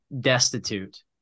destitute